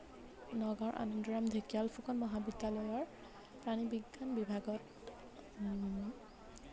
নগাঁৱৰ আনন্দৰাম ঢেকীয়াল ফুকন মহাবিদ্যালয়ৰ প্ৰাণী বিজ্ঞান বিভাগত